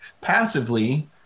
passively